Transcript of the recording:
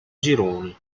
gironi